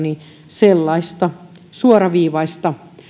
sellaista suoraviivaista